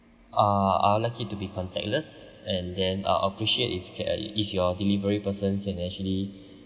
uh I would like it to be contactless and then uh appreciate if you can if your delivery person can actually